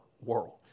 world